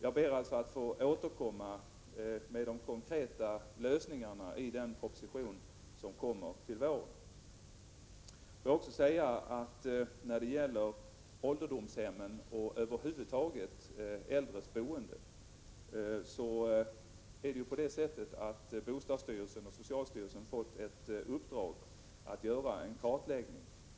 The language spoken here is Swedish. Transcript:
Jag ber alltså att få återkomma med de konkreta lösningarna i den proposition som kommer till våren. Beträffande ålderdomshemmen och över huvud taget de äldres boende vill jag säga att bostadsstyrelsen och socialstyrelsen har fått ett uppdrag att göra en kartläggning.